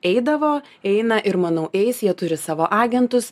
eidavo eina ir manau eis jie turi savo agentus